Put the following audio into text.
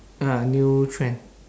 ah new trend